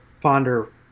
ponder